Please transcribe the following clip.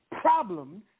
problems